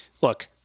Look